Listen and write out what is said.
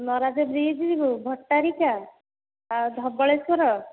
ନରାଜ bridge ଯିବୁ ଭଟ୍ଟାରିକା ଆଉ ଧବଳେଶ୍ୱର